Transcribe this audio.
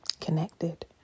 connected